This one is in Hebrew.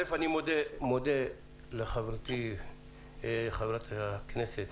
מודה לחברתי חברת הכנסת